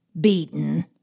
beaten